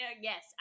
Yes